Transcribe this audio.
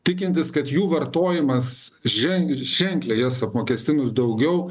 tikintis kad jų vartojimas ženk ženkliai jas apmokestinus daugiau